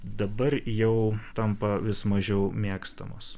dabar jau tampa vis mažiau mėgstamos